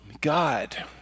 God